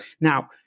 Now